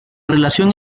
relación